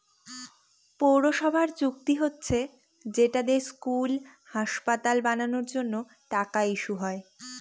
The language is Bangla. পৌরসভার চুক্তি হচ্ছে যেটা দিয়ে স্কুল, হাসপাতাল বানানোর জন্য টাকা ইস্যু হয়